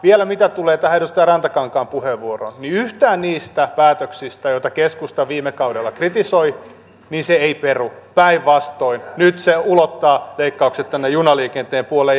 vielä mitä tulee tähän edustaja rantakankaan puheenvuoroon niin yhtään niistä päätöksistä joita keskusta viime kaudella kritisoi se ei peru päinvastoin nyt se ulottaa leikkaukset tänne junaliikenteen puolelle